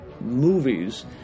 movies